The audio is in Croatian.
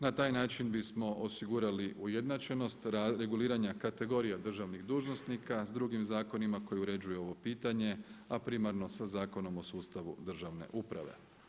Na taj način bismo osigurali ujednačenost reguliranja kategorija državnih dužnosnika s drugim zakonima koji uređuje ovo pitanje, a primarno sa Zakonom o sustavu državne uprave.